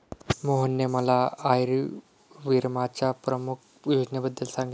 मोहनने मला आयुर्विम्याच्या प्रमुख योजनेबद्दल सांगितले